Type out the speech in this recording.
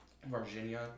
Virginia